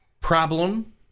problem